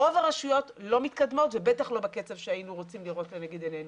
רוב הרשויות לא מתקדמות ובטח לא בקצב שהיינו רוצים לראות לנגד עינינו.